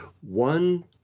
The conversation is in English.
One